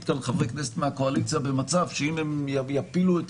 כאן חברי כנסת מן הקואליציה במצב שאם הם יפילו את